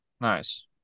nice